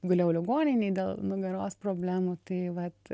gulėjau ligoninėje dėl nugaros problemų tai vat